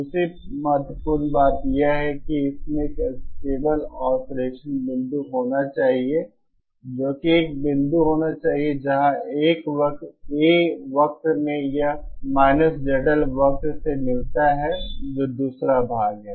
दूसरी महत्वपूर्ण बात यह है कि इसमें एक स्टेबल ऑसिलेसन बिंदु होना चाहिए जो कि एक बिंदु होना चाहिए जहां A वक्र में यह ZL वक्र से मिलता है जो दूसरा भाग है